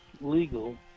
legal